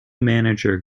manager